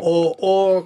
o o